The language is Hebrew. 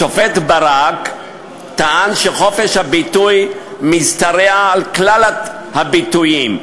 השופט ברק טען שחופש הביטוי משתרע על כלל הביטויים,